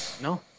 No